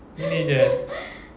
nenek dia eh